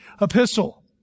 epistle